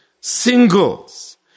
singles